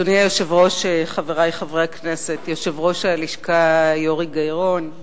יושב-ראש הלשכה יורי גיא-רון,